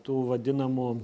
tų vadinamų